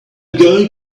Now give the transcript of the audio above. going